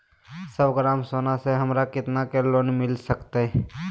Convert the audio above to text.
सौ ग्राम सोना से हमरा कितना के लोन मिलता सकतैय?